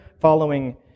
following